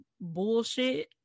bullshit